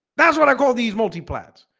that's what i call these multi plans